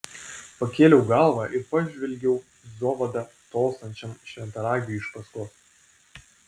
pakėliau galvą ir pažvelgiau zovada tolstančiam šventaragiui iš paskos